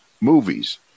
movies